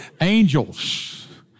Angels